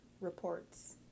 reports